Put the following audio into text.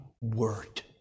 word